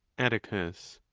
atticus.